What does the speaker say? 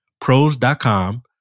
pros.com